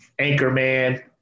Anchorman